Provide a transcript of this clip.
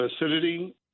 acidity